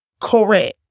correct